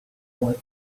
white